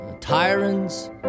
tyrants